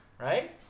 right